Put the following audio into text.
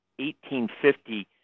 1850